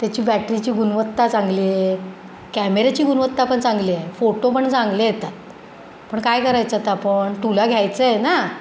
त्याची बॅटरीची गुणवत्ता चांगली आहे कॅमेऱ्याची गुणवत्ता पण चांगली आहे फोटो पण चांगले येतात पण काय करायचं आता आपण तुला घ्यायचं आहे ना